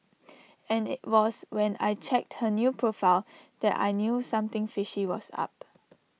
and IT was when I checked her new profile that I knew something fishy was up